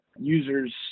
users